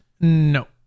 No